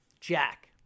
Jack